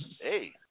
hey